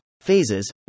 Phases